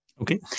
Okay